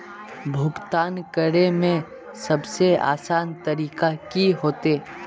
भुगतान करे में सबसे आसान तरीका की होते?